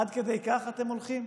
עד כדי כך אתם הולכים?